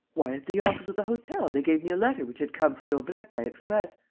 why, at the office of the hotel they gave me a letter which had come for daubrecq by express.